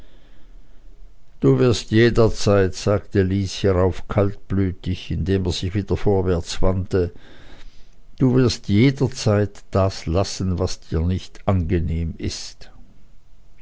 du wirst jederzeit sagte lys hierauf kaltblütig indem er sich wieder vorwärts wandte du wirst jederzeit das lassen was dir nicht angenehm ist